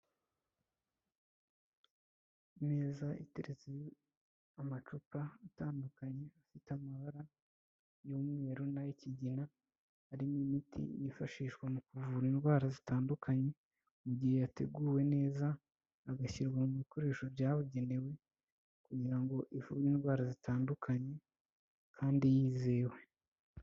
Imeza iteretseho amacupa atandukanye, afite amabara y'umweru n'ay'ikigina, arimo imiti yifashishwa mu kuvura indwara zitandukanye, mu gihe yateguwe neza, agashyirwa mu bikoresho byabugenewe, kugira ngo ivure indwara zitandukanye kandi yizewe.